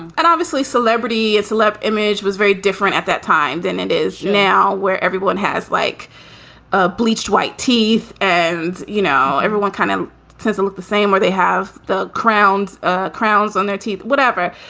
and obviously celebrity is celeb image was very different at that time than it is now, where everyone has like ah bleached white teeth. and, you know, everyone kind of says, look the same where they have the crowned ah crowns on their teeth, whatever.